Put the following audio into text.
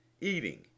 eating